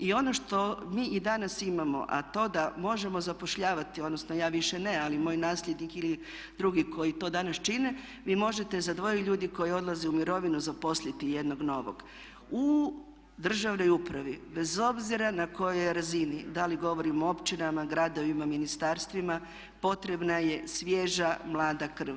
I ono što mi i danas imamo a to da možemo zapošljavati odnosno ja više ne ali moj nasljednik ili drugi koji to danas čine, vi možete za dvoje ljudi koji odlaze u mirovinu zaposliti jednog novog, u državnoj upravi bez obzira na kojoj je razini, da li govorimo o općinama, gradovima, ministarstvima potrebna je svježa mlada krv.